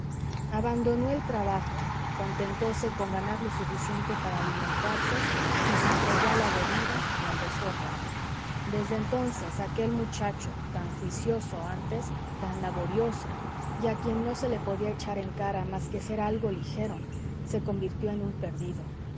abandonó el trabajo contentóse con ganar lo suficiente para alimentarse y se entregó a la bebida y al desorden desde entonces aquel muchacho tan juicioso antes tan laborioso y a quien no se le podía echar en cara más que ser algo ligero se convirtió en un perdido